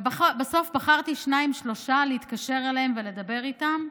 ובסוף בחרתי שניים-שלושה להתקשר אליהם ולדבר איתם,